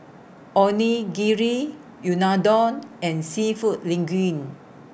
Onigiri Unadon and Seafood Linguine